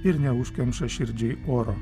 ir neužkemša širdžiai oro